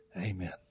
Amen